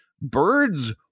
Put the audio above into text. birds